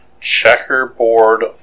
checkerboard